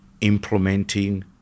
implementing